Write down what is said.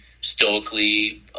stoically